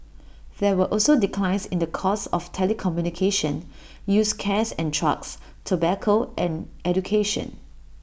there were also declines in the cost of telecommunication used cares and trucks tobacco and education